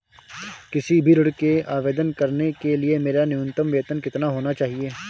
किसी भी ऋण के आवेदन करने के लिए मेरा न्यूनतम वेतन कितना होना चाहिए?